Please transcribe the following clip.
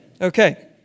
Okay